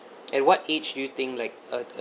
at what age do you think like uh